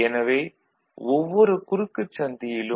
எனவே ஒவ்வொரு குறுக்குச் சந்தியிலும்